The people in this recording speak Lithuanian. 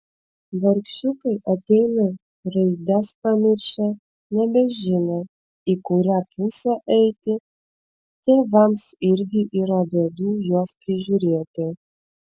vargšiukai ateina raides pamiršę nebežino į kurią pusę eiti tėvams irgi yra bėdų juos prižiūrėti